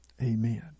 Amen